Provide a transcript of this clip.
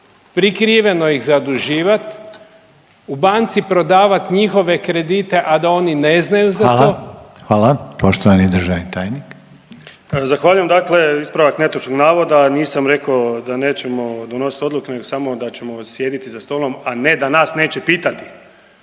prikriveno ih zaduživati, u banci prodavati njihove kredite, a da oni ne znaju za to. **Reiner, Željko (HDZ)** Hvala. Poštovani državni tajnik. **Čuraj, Stjepan (HNS)** Zahvaljujem. Dakle, ispravak netočnog navoda nisam rekao da nećemo donositi odluke, nego samo da ćemo sjediti za stolom, a ne da nas neće pitati